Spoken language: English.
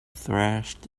thrashed